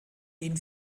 den